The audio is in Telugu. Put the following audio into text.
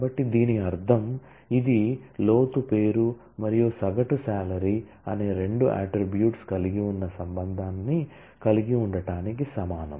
కాబట్టి దీని అర్థం ఇది లోతు పేరు మరియు సగటు సాలరీ అనే రెండు అట్ట్రిబ్యూట్స్ కలిగి ఉన్న రిలేషన్ ని కలిగి ఉండటానికి సమానం